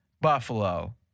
Buffalo